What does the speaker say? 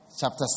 chapter